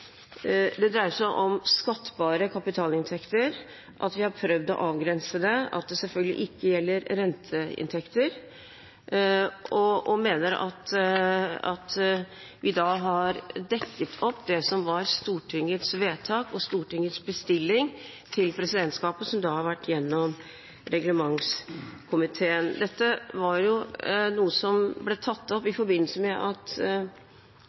det dreier seg om skattbare kapitalinntekter, at vi har prøvd å avgrense det, og at det selvfølgelig ikke gjelder renteinntekter. Vi mener at vi da har dekket opp det som var Stortingets vedtak og Stortingets bestilling til presidentskapet, som da har vært gjennom reglementskomiteen. Dette var jo noe som ble tatt i forbindelse med at